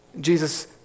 Jesus